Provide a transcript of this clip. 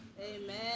Amen